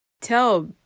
tell